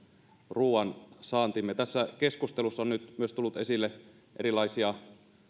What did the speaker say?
ruoansaantimme tässä keskustelussa on nyt myös tullut esille erilaisia